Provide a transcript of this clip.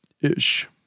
Ish